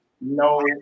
no